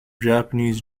japanese